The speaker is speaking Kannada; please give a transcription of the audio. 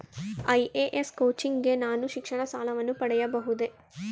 ಐ.ಎ.ಎಸ್ ಕೋಚಿಂಗ್ ಗೆ ನಾನು ಶಿಕ್ಷಣ ಸಾಲವನ್ನು ಪಡೆಯಬಹುದೇ?